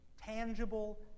tangible